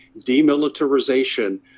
demilitarization